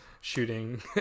shooting